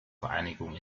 vereinigung